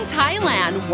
Thailand